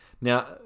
Now